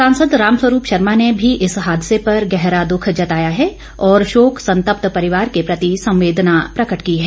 सांसद रामस्वरूप शर्मा ने भी इस हादसे पर गहरा दुख जताया है और शोक संतप्त परिवार के प्रति संवेदना प्रकट की है